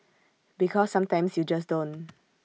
because sometimes you just don't